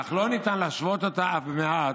אך לא ניתן להשוות אותה, אף במעט,